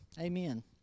Amen